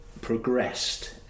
progressed